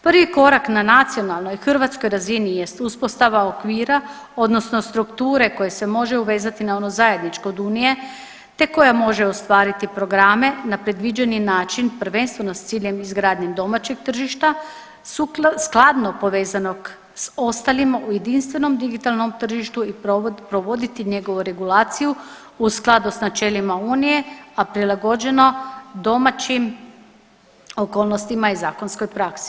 Prvi korak na nacionalnoj hrvatskoj razini jest uspostava okvira odnosno strukture koje se može uvezati na ono zajedničko od Unije te koje može ostvariti programe na predviđeni način prvenstveno s ciljem izgradnje domaćeg tržišta skladno povezanog s ostalim u jedinstvenom digitalnom tržištu i provoditi njegovu regulaciju u skladu s načelima Unije, a prilagođeno domaćim okolnostima i zakonskoj praksi.